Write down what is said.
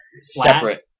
separate